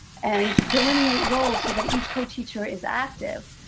and delineate roles so that each co-teacher is active,